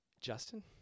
Justin